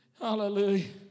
Hallelujah